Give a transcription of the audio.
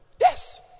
yes